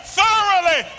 thoroughly